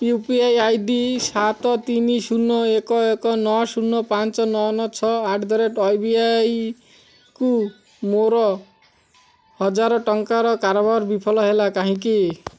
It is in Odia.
ୟୁ ପି ଆଇ ଆଇଡ଼ି ସାତ ତିନି ଶୁନ ଏକ ଏକ ନଅ ଶୁନ ପାଞ୍ଚ ନଅ ନଅ ଛଅ ଆଟ୍ ଦ ରେଟ୍ ୱାବିଆଇକୁ ମୋର ହଜାର ଟଙ୍କାର କାରବାର ବିଫଲ ହେଲା କାହିଁକି